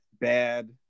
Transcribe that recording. bad